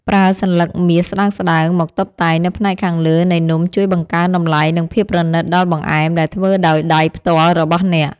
ប្រើសន្លឹកមាសស្តើងៗមកតុបតែងនៅផ្នែកខាងលើនៃនំជួយបង្កើនតម្លៃ និងភាពប្រណីតដល់បង្អែមដែលធ្វើដោយដៃផ្ទាល់របស់អ្នក។